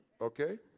Okay